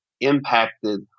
impacted